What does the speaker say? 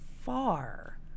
far